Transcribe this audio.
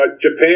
Japan